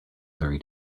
very